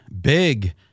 big